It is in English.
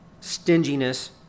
stinginess